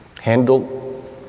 Handle